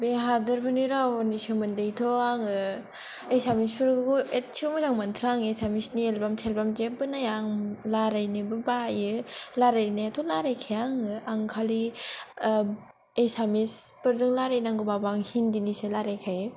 बे हादोरफोरनि रावनि सोमोन्दैथ' आङो एसामिसफोरखौ इसेबो मोजां मोनथारा आङो एसामिसनि एलबाम सेलबाम जेबो नाया आङो लारायनोबो बायो लारायनायाथ' लारायखाया आङो आं खालि ओ एसामिसफोरजों लारायनांगौबाबो आङो हिन्दिनिसो लारायखायो